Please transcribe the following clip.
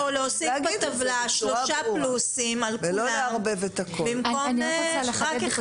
או להוסיף בטבלה שלושה פלוסים על כולם במקום אחד.